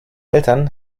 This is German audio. eltern